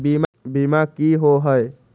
बीमा की होअ हई?